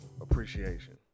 Appreciation